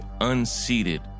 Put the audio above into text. unseated